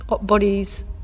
bodies